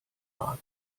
mag